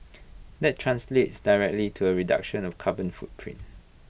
that translates directly to A reduction of carbon footprint